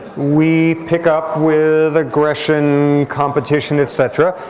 we pick up with aggression, competition, et cetera.